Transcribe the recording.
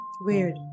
weird